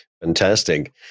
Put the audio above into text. Fantastic